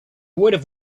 would